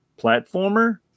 platformer